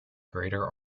greater